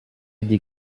die